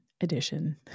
edition